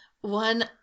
one